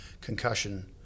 concussion